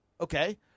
Okay